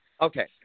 Okay